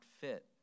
fit